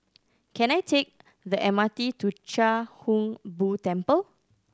can I take the M R T to Chia Hung Boo Temple